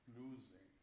losing